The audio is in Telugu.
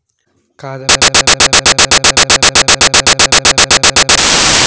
కాదబ్బా తియ్యగా, పుల్లగా, రుచిగా కూడుండాయిమరి